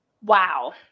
Wow